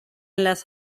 las